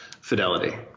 fidelity